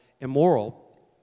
immoral